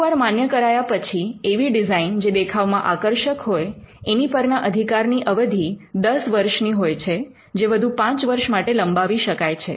એકવાર માન્ય કરાયા પછી એવી ડિઝાઇન જે દેખાવમાં આકર્ષક હોય છે એની પરના અધિકારની અવધિ 10 વર્ષની હોય છે જે વધુ 5 વર્ષ માટે લંબાવી શકાય છે